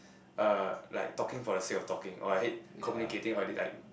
uh like talking for the sake of talking or I hate communicating all these like